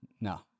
no